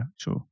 sure